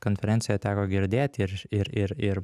konferencijoj teko girdėt ir ir ir ir